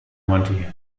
monti